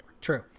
True